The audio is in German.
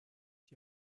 die